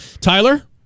Tyler